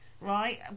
Right